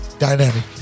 Dynamic